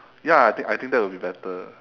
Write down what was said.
ya I think I think that would be better